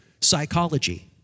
psychology